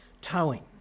towing